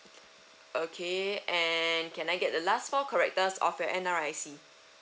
okay and can I get the last four characters of your N_R_I_C